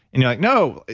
and you're like, no,